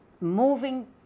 moving